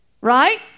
Right